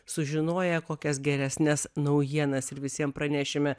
sužinoję kokias geresnes naujienas ir visiem pranešime